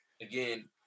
again